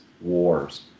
wars